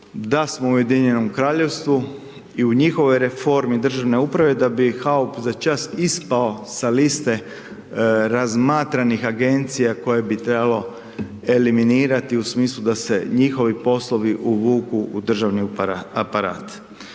da smo u Ujedinjenom Kraljevstvu i u njihovoj reformi državne uprave da bi HAOP za čas ispao sa liste razmatranih agencija koje bi trebalo eliminirati u smislu da se njihovi poslovi uvuku u državni aparat.